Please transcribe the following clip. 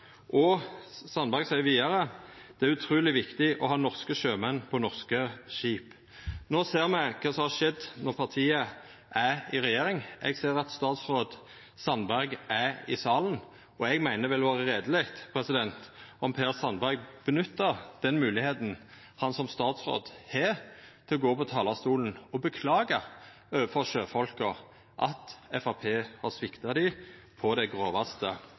Og Sandberg sa vidare: «Det er utrolig viktig å ha norske sjømenn på norske skip.» No ser me kva som har skjedd når partiet er i regjering. Eg ser at statsråd Sandberg er i salen, og eg meiner det hadde vore reieleg om Per Sandberg nytta den moglegheita han som statsråd har, til å gå på talarstolen og beklaga overfor sjøfolka at Framstegspartiet har svikta dei på det grovaste